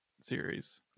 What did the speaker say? series